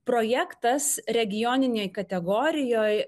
projektas regioninėje kategorijoje